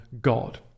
God